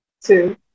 two